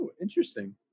interesting